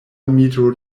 metro